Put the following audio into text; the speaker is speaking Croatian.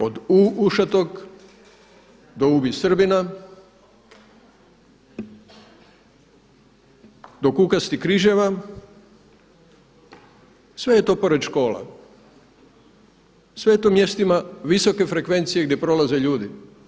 Od U ušatog do ubi Srbina, do kukastih križeva, sve je to pored škola, sve je to na mjestima visoke frekvencije gdje prolaze ljudi.